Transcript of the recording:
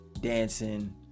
dancing